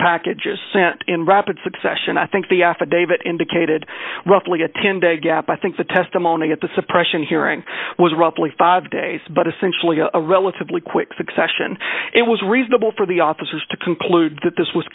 packages sent in rapid succession i think the affidavit indicated roughly a ten day gap i think the testimony at the suppression hearing was roughly five days but essentially a relatively quick succession it was reasonable for the officers to conclude that this was